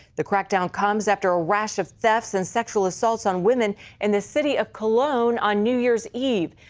the crackdown comes after a rash of thefts and sexual assaults on women in the city of cologne on new year's eve.